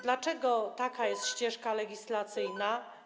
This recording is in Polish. Dlaczego taka jest ścieżka legislacyjna?